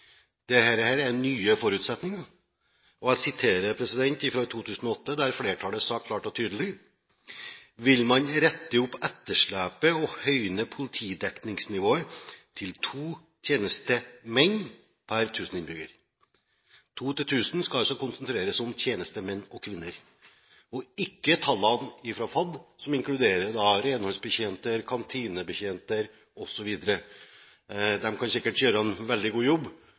er nye forutsetninger. Jeg siterer fra 2008, der flertallet sa klart og tydelig: «vil man rette opp etterslepet og høyne politidekningsnivået til to tjenestemenn pr. 1 000 innbygger». To til 1 000 skal altså konsentreres om tjenestemenn og -kvinner, og ikke om renholdsbetjenter, kantinebetjenter osv., som tallene fra FAD inkluderer. De kan sikkert gjøre en veldig god jobb,